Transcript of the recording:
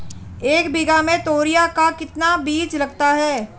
एक बीघा में तोरियां का कितना बीज लगता है?